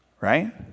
right